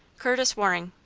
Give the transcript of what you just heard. curtis waring.